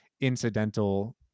incidental